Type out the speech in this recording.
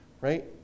Right